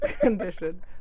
condition